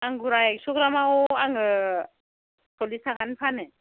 आंगुरा एक्स'ग्रामाव आङो सरलिस थाखानि फानो